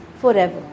forever